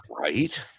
Right